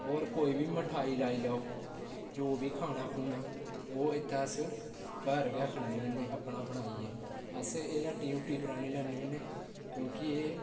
होर कोई बी मिठाई लाई लैओ जो बी खाना खूना ओह् इत्थें अस घर गै खन्ने होने अपना बनाइयै अस एह् हट्टी हुट्टी परा निं लैने होने क्योंकि एह्